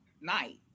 night